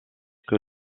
que